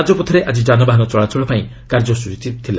ରାଜପଥରେ ଆଜି ଯାନବାହନ ଚଳାଚଳପାଇଁ କାର୍ଯ୍ୟସ୍ୱଚୀ ଥିଲା